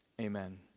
Amen